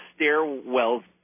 stairwells